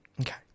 Okay